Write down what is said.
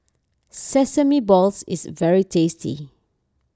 Sesame Balls is very tasty